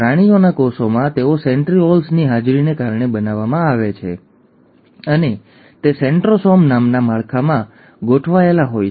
પ્રાણીઓના કોષોમાં તેઓ સેન્ટ્રિઓલ્સની હાજરીને કારણે બનાવવામાં આવે છે અને તે સેન્ટ્રોસોમ નામના માળખામાં ગોઠવાયેલા હોય છે